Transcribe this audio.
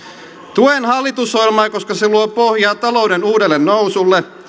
tuen hallitusohjelmaa koska se luo pohjaa talouden uudelle nousulle